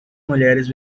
mulheres